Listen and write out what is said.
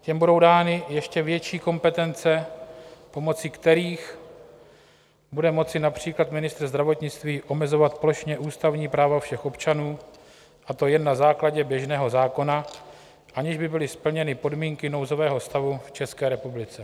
Těm budou dány ještě větší kompetence, pomocí kterých bude moci například ministr zdravotnictví omezovat plošně ústavní práva všech občanů, a to jen na základě běžného zákona, aniž by byly splněny podmínky nouzového stavu v České republice.